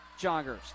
Joggers